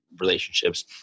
relationships